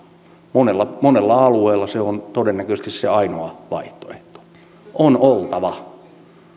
monella monella alueella se on todennäköisesti se ainoa vaihtoehto sen on oltava